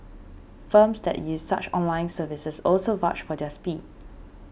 firms that use such online services also vouch for their speed